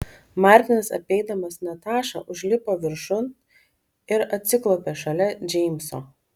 martinas apeidamas natašą užlipo viršun ir atsiklaupė šalia džeimso